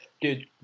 dude